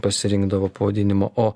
pasirinkdavo pavadinimo o